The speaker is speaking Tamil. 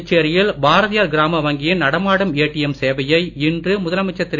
புதுச்சேரியில் பாரதியார் கிராம வங்கியின் நடமாடும் ஏடிஎம் சேவையை இன்று முதலமைச்சர் திரு